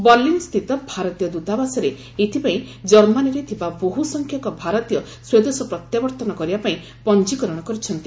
ବର୍ଲିନସ୍ଥିତ ଭାରତୀୟ ଦୂତାବାସରେ ଏଥିପାଇଁ ଜର୍ମାନୀରେ ଥିବା ବହୁସଂଖ୍ୟକ ଭାରତୀୟ ସ୍ୱଦେଶ ପ୍ରତ୍ୟାବର୍ତ୍ତନ କରିବା ପାଇଁ ପଞ୍ଜିକରଣ କରିଛନ୍ତି